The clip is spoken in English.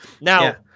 Now